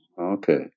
Okay